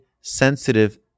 sensitive